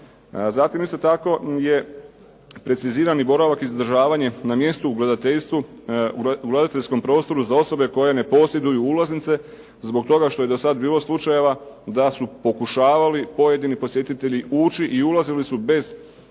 Zatim isto tako preciziran je boravak i zadržavanje na mjestu u gledateljstvu u gledateljskom prostoru za osobe koje ne posjeduju ulaznice, zbog toga što je do sada bilo slučajeva da su pokušavali pojedini posjetitelji ući i ulazili su bez ulaznica.